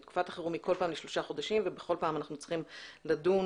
תקופת החירום היא כל פעם לשלושה חודשים ובכל פעם אנחנו צריכים לדון